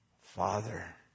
Father